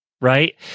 right